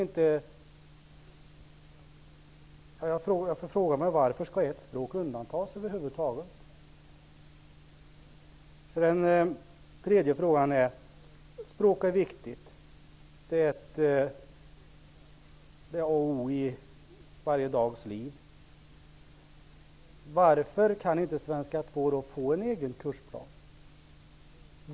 Varför skall spanskan undantas? Varför skall ett språk undantas över huvud taget? Språk är viktigt. Språk är a och o i vardagslivet. Varför kan då inte svenska 2 få en egen kursplan?